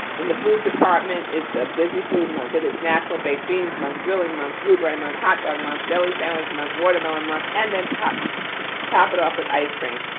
in the food department, it's a busy food month. it is national baked beans month, billing month, blueberry month, hot dog month, deli sandwich and month, watermelon month, and then top it top it off with ice cream.